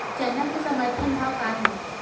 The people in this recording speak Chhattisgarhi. चना के समर्थन भाव का हे?